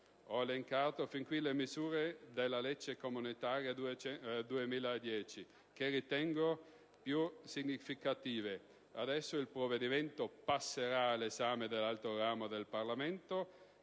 Ho elencato fin qui le misure della legge comunitaria 2010 che ritengo più significative. Adesso il provvedimento passerà all'esame dell'altro ramo del Parlamento